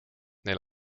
neil